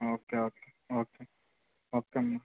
okay okay okay అమ్మ